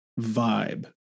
vibe